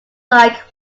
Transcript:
like